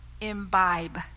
imbibe